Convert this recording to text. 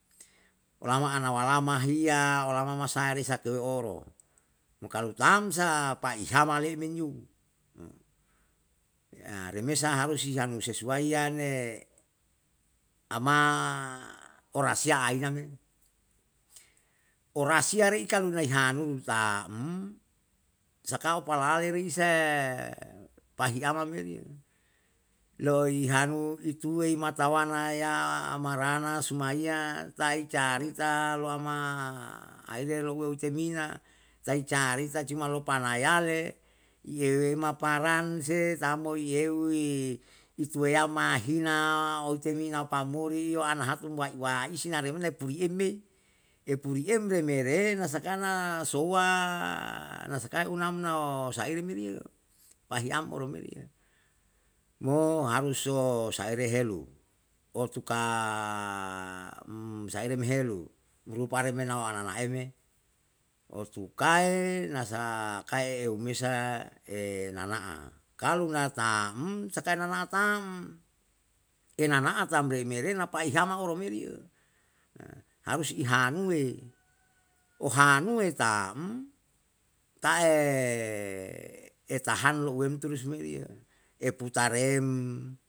Olama ana walama hiya, olama masae risa keo oro, mo kalu tam sa paihama le'e men yo. remesa harus si hanu sesuai yane ama orasiya aina me. Orasiya re kalu nai hanu u tam, sakao palalle risae pahiyama meri yo, loi hanu ituwe imatawana ya amarana sumaiya, tai carita, loamaaire louwe utemina, tai carita cuma lopa na yale, ieuwema paranse, tam mo i eu i, iteweya mahina, oite mina pamurio anahatu wam waisi na remena puiyem me, epuriem remere na sakana souwa nasakae unam no saire meri yo, pahiam oro merio, mo haruso saiere helu. Otuka umsaire me helu, rupamere nao ananae me, otukae nasakae eumesa nana'a. Kalu na tam, sakae nana'a tam, enana'a remere epahiama oro meri yo harus ihanuwe, ohanuwe tam te'e etehan louwem turus meri yo, eputarem